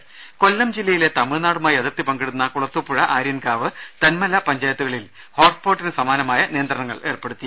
രുമ കൊല്ലംജില്ലയിലെ തമിഴ്നാടുമായി അതിർത്തി പങ്കിടുന്ന കുളത്തൂപ്പുഴ ആര്യൻകാവ് തെന്മല പഞ്ചായത്തുകളിൽ ഹോട്ട്സ്പോട്ടിന് സമാനമായ നിയന്ത്രണങ്ങൾ ഏർപ്പെടുത്തി